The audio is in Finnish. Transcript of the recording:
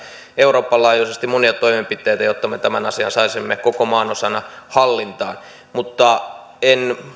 euroopan laajuisesti monia toimenpiteitä jotta me tämän asian saisimme koko maanosana hallintaan mutta en